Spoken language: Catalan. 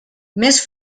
més